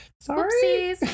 sorry